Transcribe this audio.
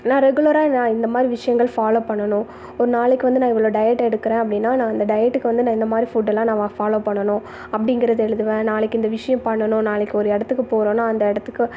நான் ரெகுலராக நான் இந்தமாதிரி விஷயங்கள் ஃபாலோ பண்ணணும் ஒரு நாளைக்கு வந்து நான் இவ்வளோ டையட் எடுக்கிறேன் அப்படினா நான் அந்த டையட்டுக்கு வந்து நான் இந்தமாதிரி ஃபுட்டெல்லாம் நம்ம ஃபாலோ பண்ணணும் அப்படிங்கிறத எழுதுவேன் நாளைக்கு இந்த விஷயம் பண்ணணும் நாளைக்கு ஒரு இடத்துக்கு போகிறோம்னா அந்த இடத்துக்கு